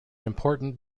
important